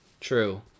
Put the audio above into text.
True